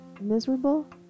miserable